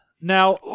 Now